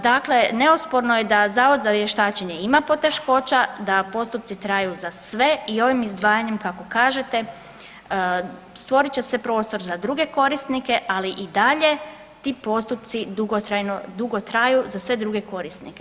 Dakle, neosporno je da Zavod za vještačenje ima poteškoća, da postupci traju za sve i ovim izdvajanjem kako kažete stvorit će se prostor za druge korisnike, ali i dalje ti postupci dugo traju za sve druge korisnike.